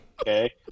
Okay